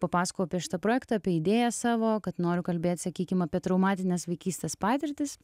papasakojau apie šitą projektą apie idėją savo kad noriu kalbėt sakykim apie traumatinės vaikystės patirtis